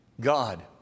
God